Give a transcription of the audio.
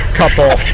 couple